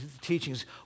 teachings